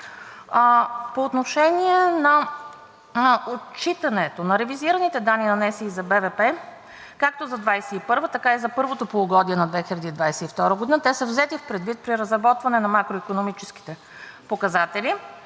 По отношение на отчитането на ревизираните данни на НСИ за БВП както за 2021 г., така и за първото полугодие на 2022 г. – те са взети предвид при разработване на макроикономическите показатели.